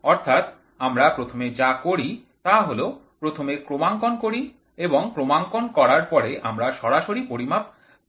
অর্থাৎ আমরা প্রথমে যা করি তা হল প্রথমে ক্রমাঙ্কন করি এবং ক্রমাঙ্কন করার পরে আমরা সরাসরি পরিমাপ করি